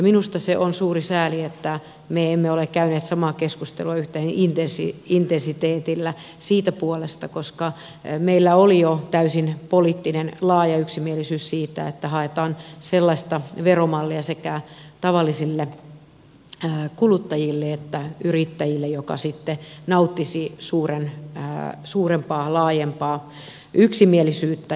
minusta se on suuri sääli että me emme ole käyneet samaa keskustelua samalla intensiteetillä siitä puolesta koska meillä oli jo laaja poliittinen yksimielisyys siitä että haetaan sellaista veromallia sekä tavallisille kuluttajille että yrittäjille joka nauttisi suurempaa laajempaa yksimielisyyttä